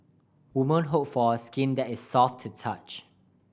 women hope for a skin that is soft to touch